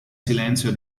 silenzio